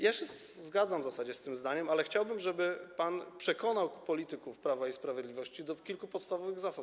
Ja się zgadzam w zasadzie z tym zdaniem, ale chciałbym, żeby pan przekonał polityków Prawa i Sprawiedliwości do kilku podstawowych zasad.